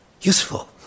useful